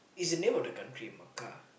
is the name of a country Mecca